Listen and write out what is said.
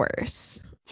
worse